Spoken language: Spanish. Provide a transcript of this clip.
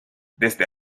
desde